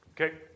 Okay